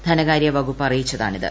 ധനകാര്യവകുപ്പ് അറിയിച്ചതാണിത്